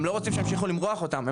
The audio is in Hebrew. הם לא רוצים שימשיכו למרוח אותם,